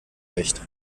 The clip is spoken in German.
recht